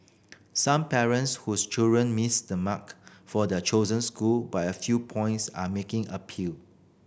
some parents whose children missed the mark for their chosen school by a few points are making appeal